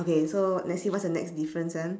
okay so let's see what's the next difference ah